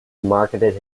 marketed